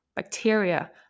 Bacteria